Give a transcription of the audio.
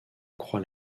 croix